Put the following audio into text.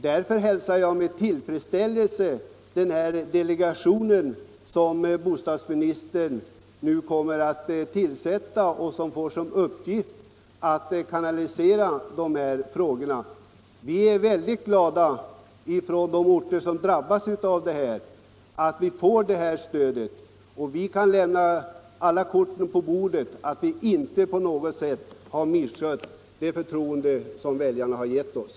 Därför hälsar jag med tillfredsställelse att bostadsministern nu kommer att tillsätta en delegation som får till uppgift att kanalisera de här frågorna. I de orter som drabbas är vi väldigt glada över att vi får det här stödet. Vi kan lägga alla korten på bordet — vi har inte på något sätt missbrukat det förtroende som väljarna har givit OSS.